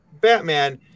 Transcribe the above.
Batman